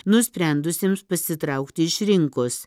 nusprendusiems pasitraukti iš rinkos